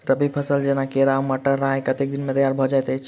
रबी फसल जेना केराव, मटर, राय कतेक दिन मे तैयार भँ जाइत अछि?